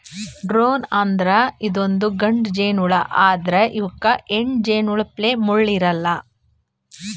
drone ಅಂದ್ರ ಇದೊಂದ್ ಗಂಡ ಜೇನಹುಳಾ ಆದ್ರ್ ಇವಕ್ಕ್ ಹೆಣ್ಣ್ ಜೇನಹುಳಪ್ಲೆ ಮುಳ್ಳ್ ಇರಲ್ಲಾ